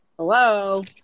hello